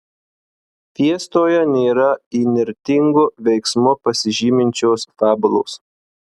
fiestoje nėra įnirtingu veiksmu pasižyminčios fabulos